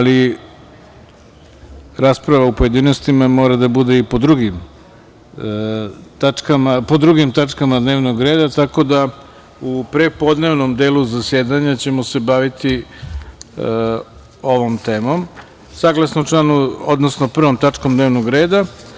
Rasprava u pojedinostima mora da bude i po drugim tačkama dnevnog reda, tako da, u prepodnevnom delu zasedanja ćemo se baviti ovom temom, odnosno 1. tačkom dnevnog reda.